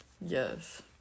Yes